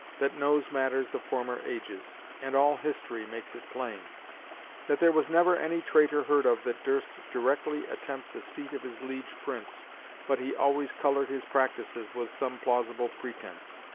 that knows matters of former ages and all history makes it plain that there was never any traitor heard of that durst directly attempt the seat of his liege prince but he always coloured his practices with some plausible pretence.